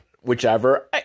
whichever